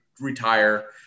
retire